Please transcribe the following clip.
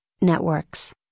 networks